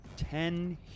Ten